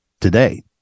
today